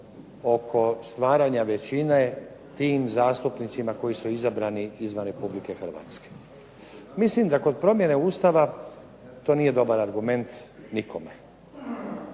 oko stvaranja većine tim zastupnicima koji su izabrani izvan RH. Mislim da kod promjene Ustava to nije dobar argument nikome.